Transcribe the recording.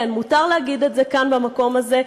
כן, מותר להגיד את זה כאן, במקום הזה.